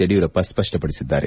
ಯಡಿಯೂರಪ್ಪ ಸ್ಪಷ್ಟಪಡಿಸಿದ್ದಾರೆ